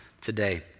today